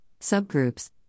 subgroups